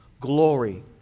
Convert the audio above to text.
glory